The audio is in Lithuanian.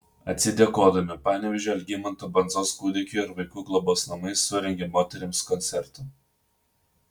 atsidėkodami panevėžio algimanto bandzos kūdikių ir vaikų globos namai surengė moterims koncertą